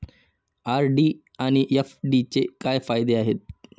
RD आणि एफ.डीचे काय फायदे आहेत?